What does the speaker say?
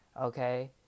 okay